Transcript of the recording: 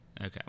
Okay